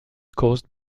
caused